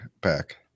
back